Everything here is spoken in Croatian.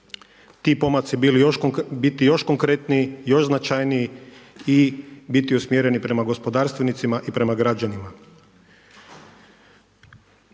ti pomaci biti još konkretniji, još značajniji i biti usmjereni prema gospodarstvenicima i prema građanima.